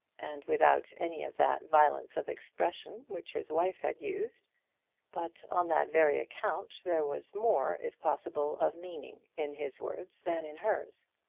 and without any of that violence of expression which his wife had used but on that very account there was more, if possible, of meaning in his words than in hers.